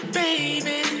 baby